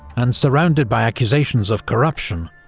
and surrounded by accusations of corruption,